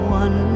one